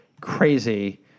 crazy